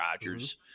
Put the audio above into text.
Rodgers